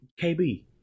KB